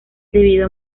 debido